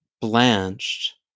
blanched